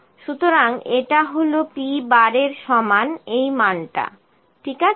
সুতরাং এটা হল p এর সমান এই মানটা ঠিক আছে